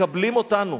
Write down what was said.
מקבלים אותנו.